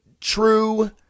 true